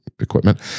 equipment